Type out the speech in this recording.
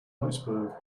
iceberg